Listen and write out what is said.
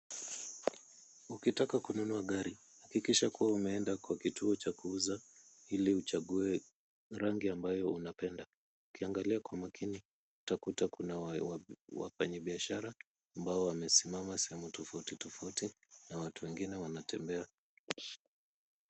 Ukitaka kununua gari, hakikisha kuwa umeenda kwa kituo cha kuuza, ili uchague rangi ambayo unapenda, ukiangalia kwa makini utakuta kuna wafanyibiashara ambao wamesimama sehemu tofauti tofauti na watu wengine wanatembea.